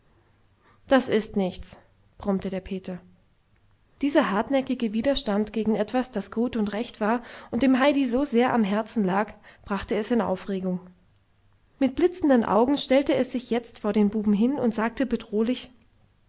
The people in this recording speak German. das ist nichts brummte der peter dieser hartnäckige widerstand gegen etwas das gut und recht war und dem heidi so sehr am herzen lag brachte es in aufregung mit blitzenden augen stellte es sich jetzt vor den buben hin und sagte bedrohlich